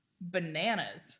Bananas